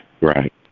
Right